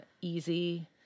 easy